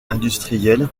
industrielle